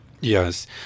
Yes